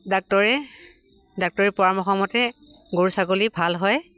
ডাক্তৰে ডাক্তৰ পৰামৰ্শ মতে গৰু ছাগলী ভাল হয়